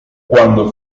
cuando